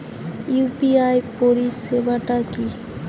UPI পরিসেবাটা কি?